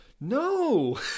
No